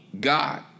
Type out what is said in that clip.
God